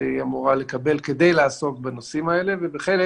שהיא אמורה לקבל כדי לעסוק בנושאים האלה, ובחלק